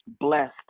blessed